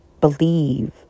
believe